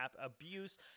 Abuse